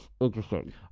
interesting